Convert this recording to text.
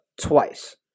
twice